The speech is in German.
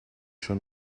schon